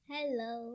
Hello